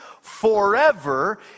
forever